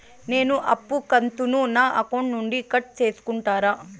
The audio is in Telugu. నేను అప్పు కంతును నా అకౌంట్ నుండి కట్ సేసుకుంటారా?